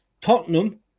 Tottenham